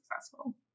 successful